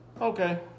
Okay